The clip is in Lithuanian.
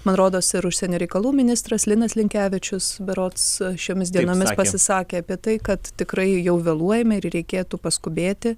man rodos ir užsienio reikalų ministras linas linkevičius berods šiomis dienomis pasisakė apie tai kad tikrai jau vėluojame ir reikėtų paskubėti